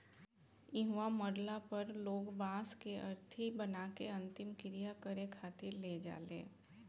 इहवा मरला पर लोग बांस के अरथी बना के अंतिम क्रिया करें खातिर ले जाले